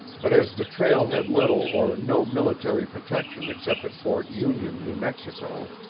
but as the trail had little or no military protection except at fort union, new mexico,